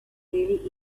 really